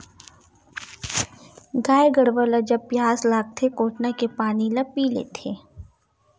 गाय गरुवा ल जब पियास लागथे कोटना के पानी ल पीय लेथे